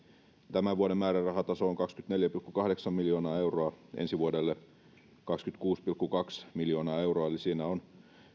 tämän vuoden määrärahataso on kaksikymmentäneljä pilkku kahdeksan miljoonaa euroa ensi vuodelle kaksikymmentäkuusi pilkku kaksi miljoonaa euroa eli siinä on